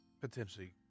potentially